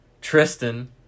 Tristan